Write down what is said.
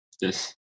yes